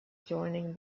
joining